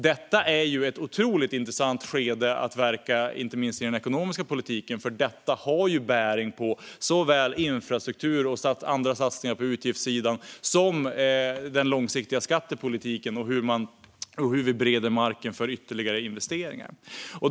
Detta är ett otroligt intressant skede att verka i den ekonomiska politiken, för det har bäring såväl på infrastruktur och andra satsningar på utgiftssidan som på den långsiktiga skattepolitiken och hur vi bereder marken för ytterligare investeringar.